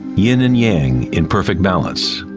yin and yang in perfect balance.